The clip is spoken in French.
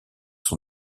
son